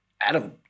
Adam